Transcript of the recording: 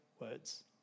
words